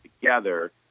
together